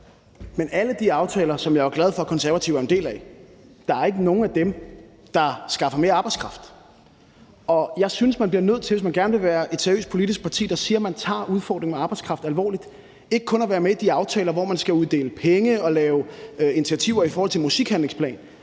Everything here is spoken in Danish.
alle de aftaler, som jeg er glad for at Det Konservative Folkeparti er en del af, der skaffer mere arbejdskraft. Jeg synes, at man bliver nødt til, hvis man gerne vil være et seriøst politisk parti, der siger, at man tager udfordringerne med arbejdskraft alvorligt, ikke kun at være med i de aftaler, hvor man skal uddele penge og lave initiativer i forhold til musikhandlingsplan,